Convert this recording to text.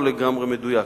זה גם לא לגמרי מדויק.